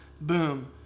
boom